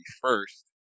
first